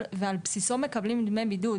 ועל בסיסו מקבלים דמי בידוד.